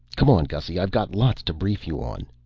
come on, gussy. i got lots to brief you on.